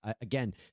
Again